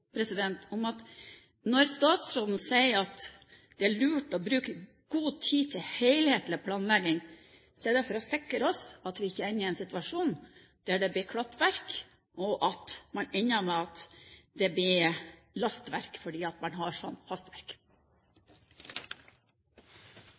helhetlig planlegging, så er det for å sikre oss at vi ikke havner i en situasjon der det blir klattverk, og at man ender med at det blir lastverk fordi man har